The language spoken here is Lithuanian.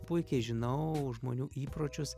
puikiai žinau žmonių įpročius